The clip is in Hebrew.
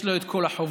יש לו את כל החובות,